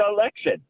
election